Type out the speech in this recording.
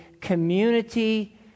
community